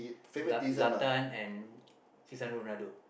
za~ Zlatan and Cristiano-Ronaldo